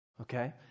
Okay